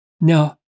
Now